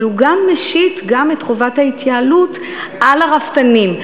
אבל הוא גם משית את חובת ההתייעלות על הרפתנים.